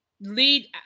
lead